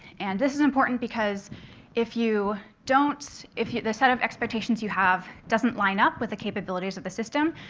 and this is important because if you don't if the set of expectations you have doesn't line up with the capabilities of the system,